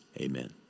Amen